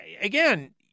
Again